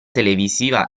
televisiva